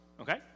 Okay